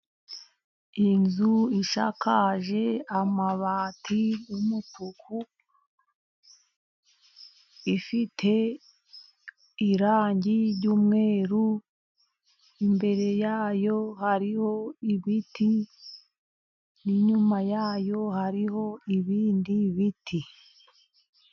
Inzu isakaje amabati y'umutuku. Ifite irangi ry'umweru, imbere yayo hariho ibiti n'inyuma yayo hariho ibindi biti.